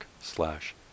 slash